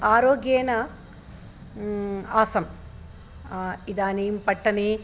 आरोग्येण आसम् इदानीम् पट्टने